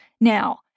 Now